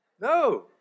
No